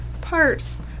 parts